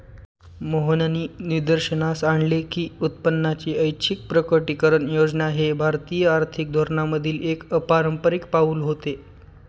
मोहननी निदर्शनास आणले की उत्पन्नाची ऐच्छिक प्रकटीकरण योजना हे भारतीय आर्थिक धोरणांमधील एक अपारंपारिक पाऊल होते